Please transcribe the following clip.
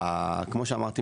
כמו שאמרתי,